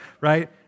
right